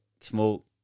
smoke